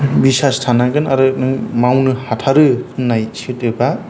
बिसास थानांगोन आरो नों मावनो हाथारो होननाय सोदोबा